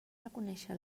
reconèixer